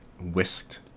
whisked